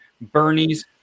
Bernie's